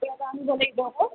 লাগিব আকৌ